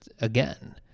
again